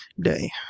day